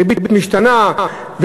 ריבית משתנה,